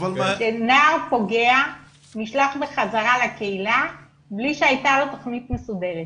שנער פוגע נשלח בחזרה לקהילה בלי שהייתה לו תוכנית מסודרת.